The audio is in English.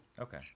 okay